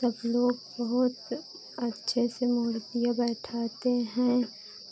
सब लोग बहुत अच्छे से मूर्तियाँ बैठाते हैं